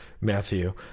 Matthew